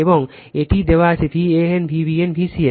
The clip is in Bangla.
এবং এটিও দেওয়া হয় Van Vbn Vcn